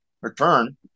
return